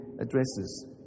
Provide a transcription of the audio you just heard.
addresses